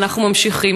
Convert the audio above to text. ואנחנו ממשיכים.